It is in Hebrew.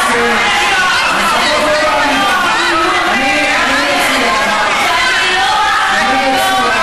אני מייצגת אני מציע,